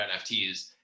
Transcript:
nfts